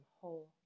whole